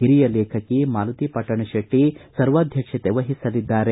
ಹಿರಿಯ ಲೇಖಕಿ ಮಾಲತಿ ಪಟ್ಟಣ ಶೆಟ್ಟ ಸರ್ವಾಧ್ಯಕ್ಷತೆ ವಹಿಸಲಿದ್ದಾರೆ